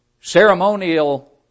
ceremonial